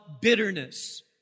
bitterness